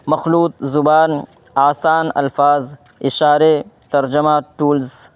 مخلوط زبان آسان الفاظ اشارے ترجمہ ٹولس